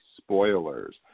spoilers